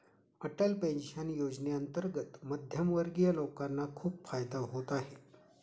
Atal pension योजनेअंतर्गत मध्यमवर्गीय लोकांना खूप फायदा होत आहे